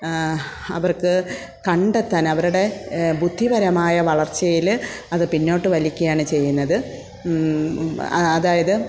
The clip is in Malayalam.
അവർക്ക് കണ്ടെത്താൻ അവരുടെ ബുദ്ധിപരമായ വളർച്ചയിൽ അത് പിന്നോട്ട് വലിക്കുകയാണ് ചെയ്യുന്നത് ആ അതായത്